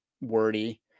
wordy